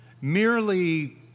Merely